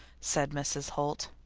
said mrs. holt.